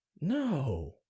No